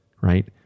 right